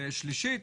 שלישית,